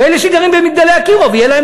ואלה שגרים ב"מגדלי אקירוב" יהיה להם